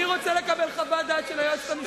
אני רוצה לקבל חוות דעת של היועצת המשפטית.